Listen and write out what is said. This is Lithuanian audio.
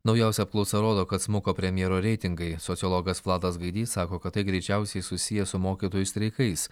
naujausia apklausa rodo kad smuko premjero reitingai sociologas vladas gaidys sako kad tai greičiausiai susiję su mokytojų streikais